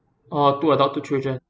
orh two adult two children